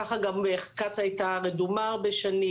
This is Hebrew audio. ככה גם קצא"א היתה רדומה הרבה שנים